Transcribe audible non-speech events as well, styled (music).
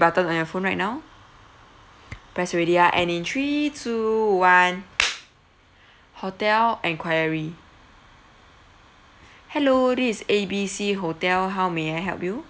button on your phone right now press already ah and in three two one (breath) hotel enquiry (breath) hello this is A B C hotel how may I help you